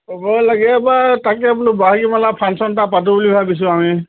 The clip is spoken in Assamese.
লাগে বা তাকে বোলো বহাগী মেলা ফাংচন পাতোঁ বুলি ভাবিছোঁ আমি